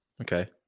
Okay